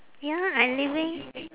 ya I living